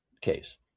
case